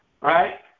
right